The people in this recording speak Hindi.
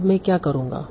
अब मैं क्या करूंगा